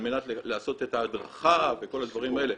על מנת לעשות את ההדרכה וכל הדברים האלה,